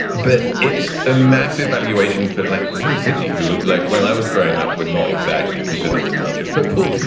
but it's a massive valuation fat like man city who like when i was growing up, we're not exactly considered a major football.